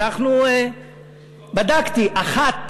בדקתי, אחת.